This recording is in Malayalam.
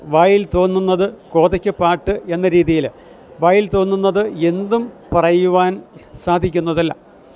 വായിൽ തോന്നുന്നത് കോതക്ക് പാട്ട് എന്ന രീതിയില് വായിൽ തോന്നുന്നത് എന്തും പറയുവാൻ സാധിക്കുന്നതല്ല